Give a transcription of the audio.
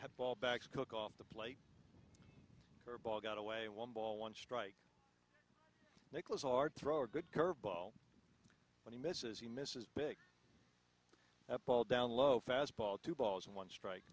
a ball back cook off the plate for ball got away one ball one strike nicklaus art throw a good curve ball when he misses he misses big that ball down low fastball two balls in one strike